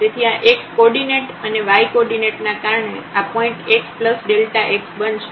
તેથી આ x coordinate અને y કોર્ડીનેટ નાં કારણે આ પોઇન્ટ xΔx બનશે